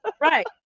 right